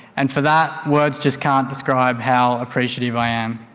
and for that, words just can't describe how appreciative i am.